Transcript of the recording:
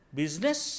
business